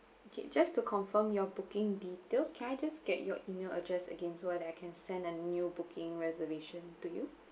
okay just to confirm your booking details can I just get your email address again so that I can send a new booking reservation to you